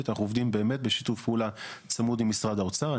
אנחנו עובדים באמת בשיתוף פעולה צמוד עם משרד האוצר.